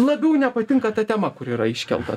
labiau nepatinka ta tema kur yra iškelta